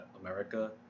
America